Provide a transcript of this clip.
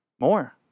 More